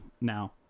now